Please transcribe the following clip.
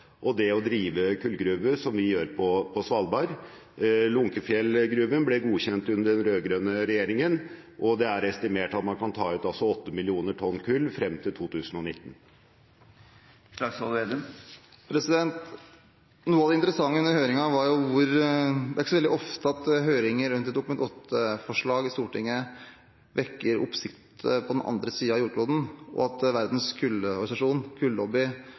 og det å drive kullgruver, som vi gjør på Svalbard. Lunckefjell-gruven ble godkjent under den rød-grønne regjeringen, og det er estimert at man kan ta ut åtte millioner tonn kull frem til 2019. Det er ikke så veldig ofte at høringer rundt et Dokument 8-forslag i Stortinget vekker oppsikt på den andre siden av jordkloden, og at verdens kullorganisasjon,